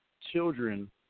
children